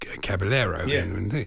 Caballero